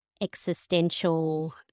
existential